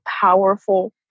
powerful